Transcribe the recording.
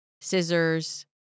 scissors